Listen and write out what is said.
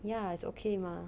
ya it's okay mah